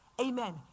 Amen